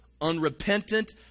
unrepentant